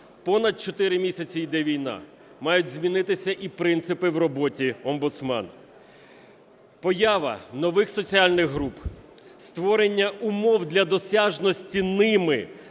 Понад чотири місяці йде війна. Мають змінитися і принципи в роботі омбудсмена. Поява нових соціальних груп, створення умов для досяжності ними